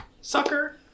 sucker